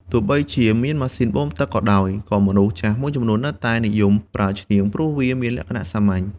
ទោះបីជាមានម៉ាស៊ីនបូមទឹកក៏ដោយ ក៏មនុស្សចាស់មួយចំនួននៅតែនិយមប្រើឈ្នាងព្រោះវាមានលក្ខណៈសាមញ្ញ។